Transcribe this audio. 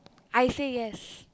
I say yes